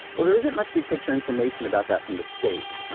well, there isn't much big-picture information about that from the state.